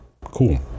cool